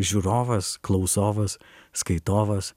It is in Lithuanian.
žiūrovas klausovas skaitovas